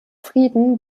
frieden